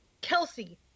Kelsey